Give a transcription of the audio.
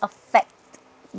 affect